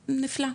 נפלא,